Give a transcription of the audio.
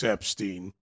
Epstein